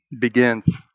begins